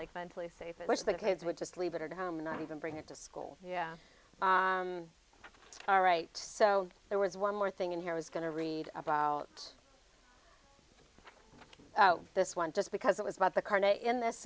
like fun play safe which the kids would just leave it at home and not even bring it to school yeah all right so there was one more thing in here is going to read about this one just because it was about the karna in this